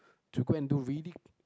to go and do really